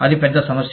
అది పెద్ద సమస్య